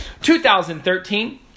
2013